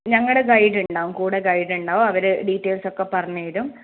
ഞങ്ങളുടെ ഗൈഡ് ഉണ്ടാവും കൂടെ ഗൈഡ് ഉണ്ടാവും അവർ ഡീറ്റൈൽസ് ഒക്കെ പറഞ്ഞ് തരും